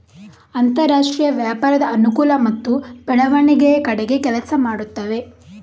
ಅಂತರಾಷ್ಟ್ರೀಯ ವ್ಯಾಪಾರದ ಅನುಕೂಲ ಮತ್ತು ಬೆಳವಣಿಗೆಯ ಕಡೆಗೆ ಕೆಲಸ ಮಾಡುತ್ತವೆ